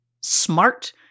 smart